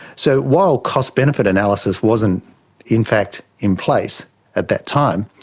so while cost benefit analysis wasn't in fact in place at that time,